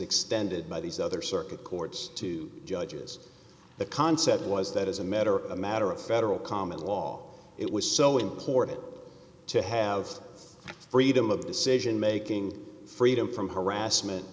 extended by these other circuit courts to judges the concept was that as a matter of a matter of federal common law it was so important to have freedom of the situation making freedom from harassment